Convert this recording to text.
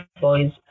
Boys